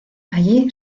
allí